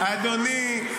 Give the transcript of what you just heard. אדוני,